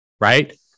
right